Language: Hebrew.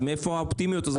אז מאיפה האופטימיות הזאת?